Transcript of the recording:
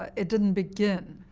ah it didn't begin